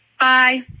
Bye